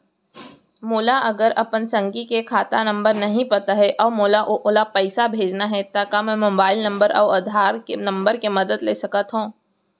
मोला अगर अपन संगी के खाता नंबर नहीं पता अऊ मोला ओला पइसा भेजना हे ता का मोबाईल नंबर अऊ आधार नंबर के मदद ले सकथव?